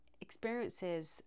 experiences